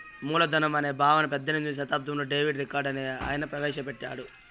మూలధనం అనే భావన పద్దెనిమిదో శతాబ్దంలో డేవిడ్ రికార్డో అనే ఆయన ప్రవేశ పెట్టాడు